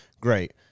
Great